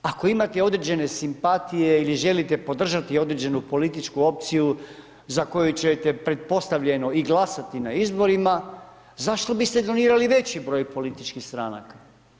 Ako imate određene simpatije ili želite podržati određenu političku opciju za koju ćete pretpostavljeno i glasati na izborima, zašto biste donirali veći broj političkih stranaka?